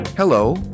Hello